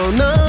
no